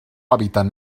hàbitat